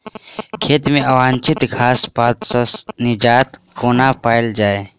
खेत मे अवांछित घास पात सऽ निजात कोना पाइल जाइ?